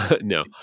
No